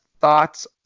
thoughts